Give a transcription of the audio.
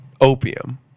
opium